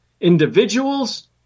Individuals